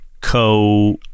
co